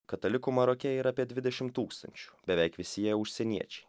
katalikų maroke yra apie dvidešimt tūkstančių beveik visi jie užsieniečiai